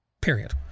Period